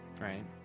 Right